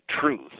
truth